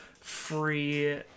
free